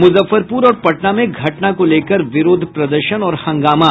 मुजफ्फरपुर और पटना में घटना को लेकर विरोध प्रदर्शन और हंगामा